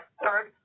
third